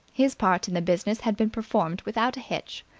his part in the business had been performed without a hitch.